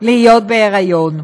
להיות בהיריון.